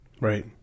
Right